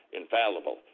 infallible